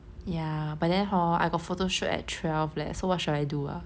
ya but then hor I got photo shoot at twelve leh so what should I do ah